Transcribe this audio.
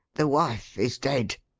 the wife is dead.